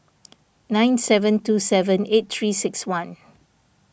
nine seven two seven eight three six one